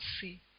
see